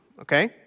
okay